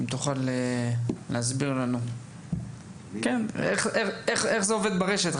אם תוכל להסביר לנו איך זה עובד ברשת.